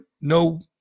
no